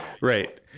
Right